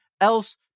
else